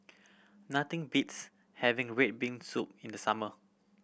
nothing beats having red bean soup in the summer